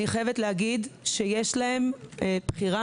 אני חייבת להגיד שיש להם בחירה,